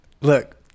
Look